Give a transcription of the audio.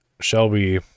Shelby